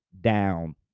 down